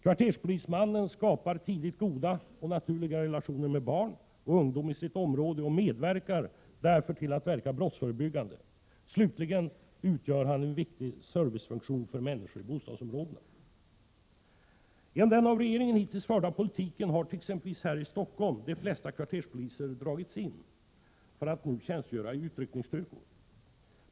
Kvarterspolismannen skapar tidigt goda och naturliga relationer med barn och ungdom i sitt område och verkar därför brottsförebyggande. Slutligen fullgör han en viktig servicefunktion för människor i bostadsområdena. Genom den av regeringen hittills förda politiken har t.ex. i Stockholm de flesta kvarterspoliser dragits in för att tjänstgöra i utryckningsstyrkor.